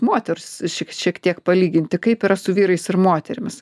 moters šik šiek tiek palyginti kaip yra su vyrais ir moterimis